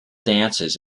dances